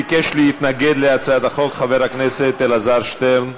ביקש להתנגד להצעת החוק חבר הכנסת אלעזר שטרן.